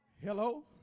Hello